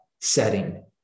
setting